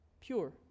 pure